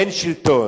אין שלטון.